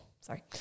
sorry